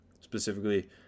specifically